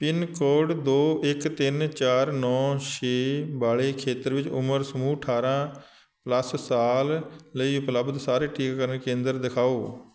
pin code ਦੋ ਇੱਕ ਤਿੰਨ ਚਾਰ ਨੌਂ ਛੇ ਵਾਲੇ ਖੇਤਰ ਵਿੱਚ ਉਮਰ ਸਮੂਹ ਅਠਾਰਾਂ ਪਲੱਸ ਸਾਲ ਲਈ ਉਪਲਬਧ ਸਾਰੇ ਟੀਕਾਕਰਨ ਕੇਂਦਰ ਦਿਖਾਓ